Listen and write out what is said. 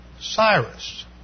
Cyrus